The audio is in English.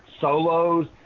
solos